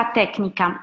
tecnica